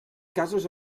casos